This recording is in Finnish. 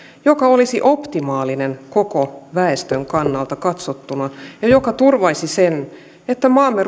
joka olisi optimaalinen koko väestön kannalta katsottuna ja joka turvaisi sen että maamme